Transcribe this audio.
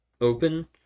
open